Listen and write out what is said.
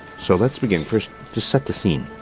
so let's begin. first, to set the scene.